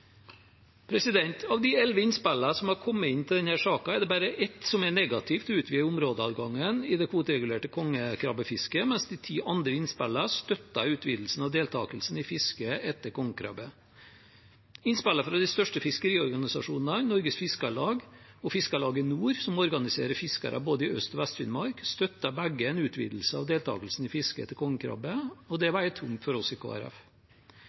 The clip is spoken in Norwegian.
Av de elleve innspillene som har kommet inn i denne saken, er det bare ett som er negativt til å utvide områdeadgangen i det kvoteregulerte kongekrabbefisket, mens de ti andre innspillene støtter utvidelsen av deltakelsen i fisket etter kongekrabbe. Innspill fra de største fiskeriorganisasjonene, Norges Fiskarlag og Fiskarlaget Nord, som organiserer fiskere både i Øst- og Vest-Finnmark, støtter begge en utvidelse av deltakelsen i fiske etter kongekrabbe, og det veier tungt for oss i